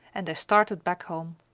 and they started back home.